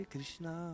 Krishna